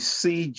see